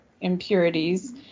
impurities